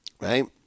right